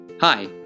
Hi